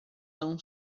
são